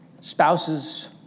Spouses